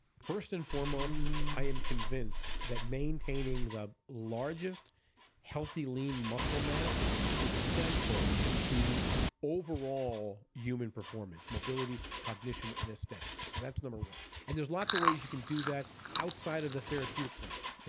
first and foremost, i am convinced that maintaining the largest healthy lean muscle mass is central to overall human performance mobility, cognition and aesthetics. so, that's number one and there's lots of ways you can do that outside of the therapeutic realm.